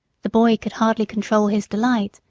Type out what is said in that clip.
the boy could hardly control his delight,